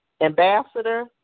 ambassador